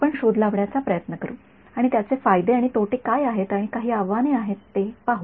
आपण शोध लावण्याचा प्रयत्न करू आणि त्याचे फायदे आणि तोटे काय आहेत आणि काही आव्हाने आहेत हे आपण पाहू